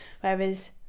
whereas